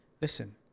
Listen